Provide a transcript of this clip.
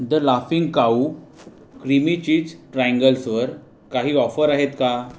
the laughing cow creamy cheese ट्राइंगल्सवर काही offer आहेत का